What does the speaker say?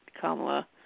Kamala